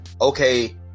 okay